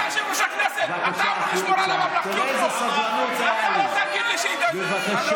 אתה לא תגיד, צא בבקשה